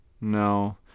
No